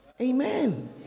amen